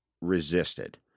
resisted